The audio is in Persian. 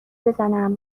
بزنم